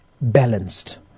balanced